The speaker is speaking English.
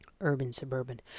Urban-suburban